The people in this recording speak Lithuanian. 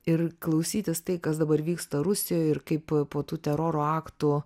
ir klausytis tai kas dabar vyksta rusijoj ir kaip po tų teroro aktų